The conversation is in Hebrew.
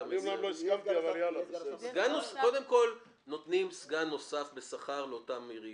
מוסיפים לה פה סגן נוסף בשכר.